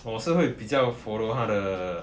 我是会比较 follow 它的